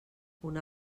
una